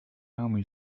army